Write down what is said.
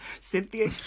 Cynthia